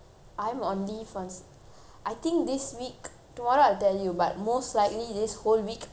I think this week tomorrow I'll tell you but most likely this whole week I will be on leave then next week I'll start working